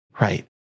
Right